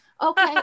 okay